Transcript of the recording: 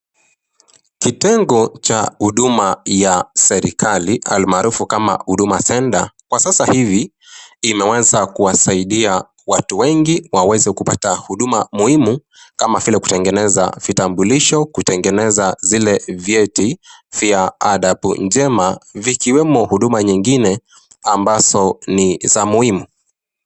Kitengo Cha huduma ya serikali almaarufu kama huduma center kwa sasa hivi kimeweza kuwasaidia watu wengi kuweza kupata huduma muhimu kama vile kutengeneza vitambulisho kutengeneza vile vyeti vya adabu njema vikiwemo huduma nyingine ambazo ni za muhimu.